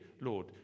lord